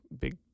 big